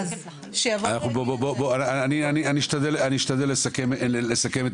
אני אשתדל לסכם את